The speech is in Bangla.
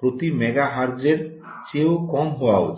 প্রতি মেগা হার্টজ চেয়ে কম হওয়া উচিত